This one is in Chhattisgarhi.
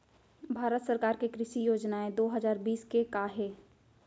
भारत सरकार के कृषि योजनाएं दो हजार बीस के का हे?